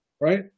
right